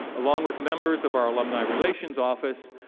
along with members of our alumni relations office,